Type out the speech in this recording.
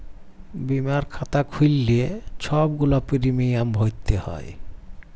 বীমার খাতা খ্যুইল্লে ছব গুলা পিরমিয়াম ভ্যইরতে হ্যয়